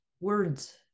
words